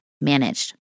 managed